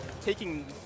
taking